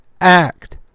act